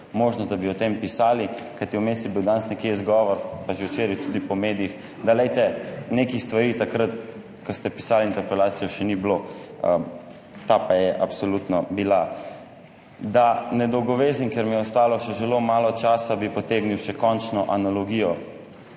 možnost, da bi o tem pisali. Kajti vmes je bil danes nekje izgovor, pa že včeraj tudi po medijih, da, glejte, nekih stvari, takrat ko ste pisali interpelacijo, še ni bilo. Ta pa je absolutno bila. Da ne dolgovezim. Ker mi je ostalo še zelo malo časa, bi potegnil še končno analogijo,